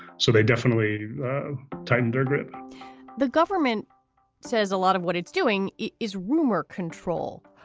so they definitely tightened their grip the government says a lot of what it's doing is rumor control.